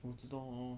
我知道 ah